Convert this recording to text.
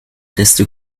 desto